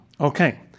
Okay